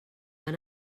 van